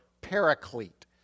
paraclete